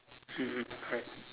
mm mm correct